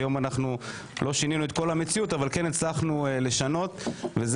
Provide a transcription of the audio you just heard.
אנחנו, לצערי הרב, לא